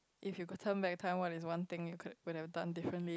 if you could turn back time what is one thing you could would have done differently